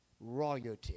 Royalty